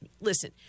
Listen